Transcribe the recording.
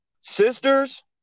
Sisters